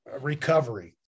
recovery